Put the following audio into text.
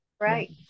Right